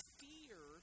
fear